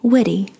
Witty